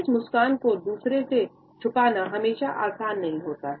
इस मुस्कान को दूसरों से छुपाना हमेशा आसान नहीं होता है